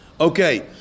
Okay